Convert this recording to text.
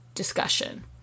discussion